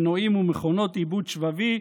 מנועים ומכונות עיבוד שבבי.